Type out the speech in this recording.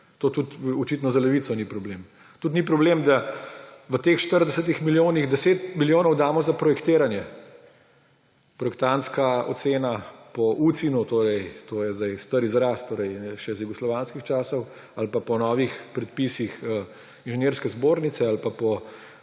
To tudi očitno za Levico ni problem. Tudi ni problem, da v teh 40 milijonih 10 milijonov damo za projektiranje. Projektantska ocena po UCINU, to je star izraz, torej še iz jugoslovanskih časov, ali pa po novih predpisih Inženirske zbornice ali pa po